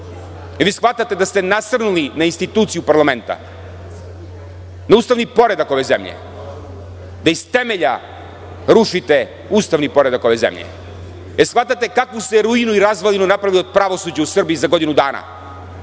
li vi shvatate da ste nasrnuli na instituciju parlamenta, na ustavni poredak ove zemlje, da iz temelja rušite ustavni poredak ove zemlje. Da li shvatate kakvu ste ruinu i razvalinu napravili od pravosuđa u Srbiji za godinu dana.